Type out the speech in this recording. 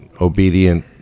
obedient